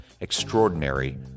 Extraordinary